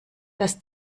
das